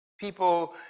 People